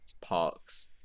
parks